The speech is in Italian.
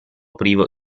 privo